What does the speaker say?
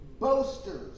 boasters